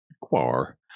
Quar